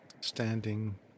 Standing